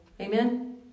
Amen